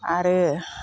आरो